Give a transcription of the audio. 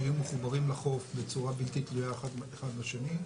שיהיו מחוברים לחוף בצורה בלתי תלויה אחד בשני,